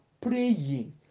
praying